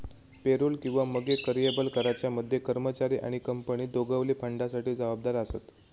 payroll किंवा मगे कर्यबल कराच्या मध्ये कर्मचारी आणि कंपनी दोघवले फंडासाठी जबाबदार आसत